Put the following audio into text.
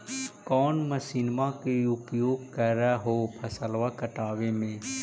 कौन मसिंनमा के उपयोग कर हो फसलबा काटबे में?